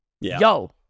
Yo